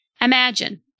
Imagine